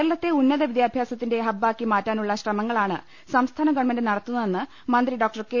കേരളത്തെ ഉന്നത വിദ്യാഭ്യാസത്തിന്റെ ഹബ്ബാക്കി മാറ്റാനുള്ള ശ്രമങ്ങളാണ് സംസ്ഥാന ഗവൺമെന്റ് നടത്തുന്നതെന്ന് മന്ത്രി കെ